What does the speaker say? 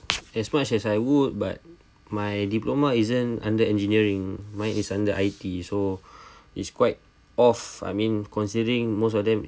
as much as I would but my diploma isn't under engineering mine is under I_T so it's quite off I mean considering most of them